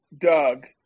Doug